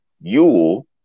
yule